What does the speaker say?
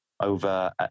over